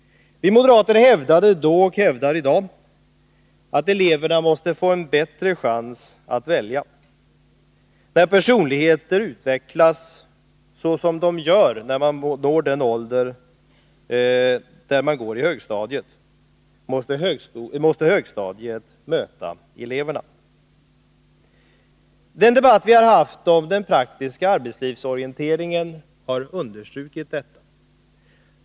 Vi moderater hävdade då och hävdar i dag att eleverna måste få en bättre chans att välja. När personligheter utvecklas så som de gör när man når den ålder då man går i högstadiet, måste högstadiet möta eleverna. Den debatt vi har haft om den praktiska arbetslivsorienteringen har understrukit detta.